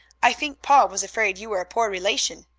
i think pa was afraid you were a poor relation.